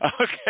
okay